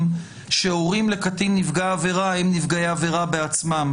שהורים לקטין נפגע עבירה הם נפגעי עבירה בעצמם.